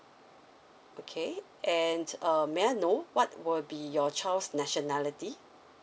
okay and um may I know what will be your child's nationality